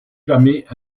jamais